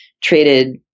traded